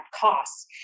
costs